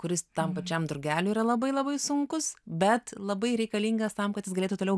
kuris tam pačiam drugeliui yra labai labai sunkus bet labai reikalingas tam kad jis galėtų toliau